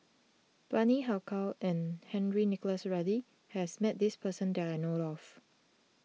Bani Haykal and Henry Nicholas Ridley has met this person that I know of